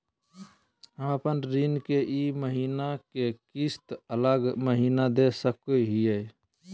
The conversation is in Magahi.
हम अपन ऋण के ई महीना के किस्त अगला महीना दे सकी हियई?